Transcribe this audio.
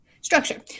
Structure